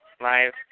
live